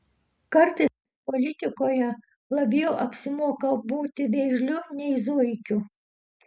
kartais politikoje labiau apsimoka būti vėžliu nei zuikiu